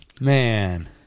Man